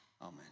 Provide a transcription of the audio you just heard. Amen